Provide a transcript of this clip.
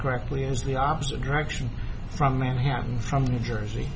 correctly is the opposite direction from manhattan from new jersey